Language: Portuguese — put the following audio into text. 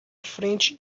frente